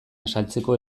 azaltzeko